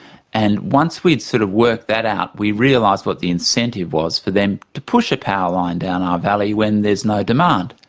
and once we'd sort of worked that out we realised what the incentive was for them to push a power line down our valley when there's no demand.